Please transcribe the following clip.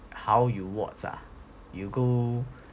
how you watch ah you go